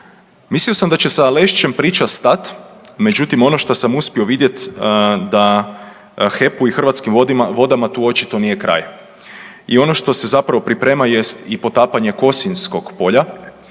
Mislio sam da će sa Lešćem priča stati, međutim ono što sam uspio vidjeti da HEP-u i Hrvatskim vodama tu očito nije kraj. I ono što se zapravo priprema jest i potapanje Kosinjskog polja